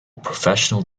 professional